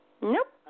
Nope